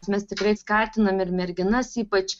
mes tikrai skatinam ir merginas ypač